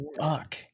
fuck